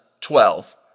twelve